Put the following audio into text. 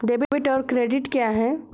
Debit और credit क्या है?